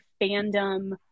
fandom